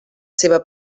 seva